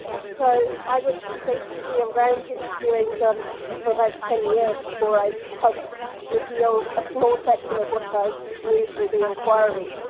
so i was basically around interviewing them for about ten years before i helped reveal a small section of what i knew through the inquiry,